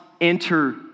enter